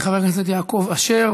חבר הכנסת יעקב אשר,